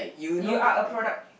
your are a product